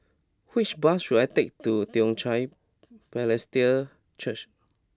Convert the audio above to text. which bus should I take to Toong Chai Presbyterian Church